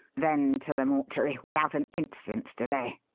then to the mortuary without an instant's delay.